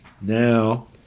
Now